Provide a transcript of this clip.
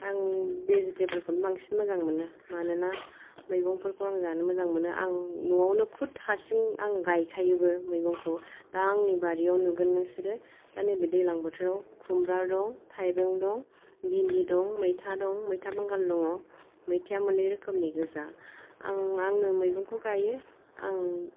आं भेजिबटेबोल खौनो बांसिन मोजां मोनो मानोना मैगंफोरखौ आं जानो मोजां मोनो आं न'आवनो खुद हारसिं आं गायखायोबो मैगंखो दा आंनि बारियाव नुगोन नोंसोरो दा नैबे दैलां बोथोराव खुमब्रा दं थायबें दं भिन्दि दं मैथा दं मैथा बांगाल दङ मैथाया मोननै रोखोमनि गोजा आं आंनो मैगंखौ गायो आं